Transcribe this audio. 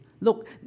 Look